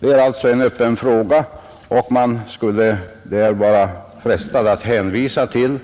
Det är alltså en öppen fråga, och man skulle där vara frestad att hänvisa till